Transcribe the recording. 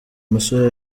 musore